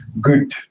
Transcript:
good